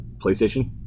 PlayStation